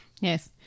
Yes